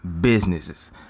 businesses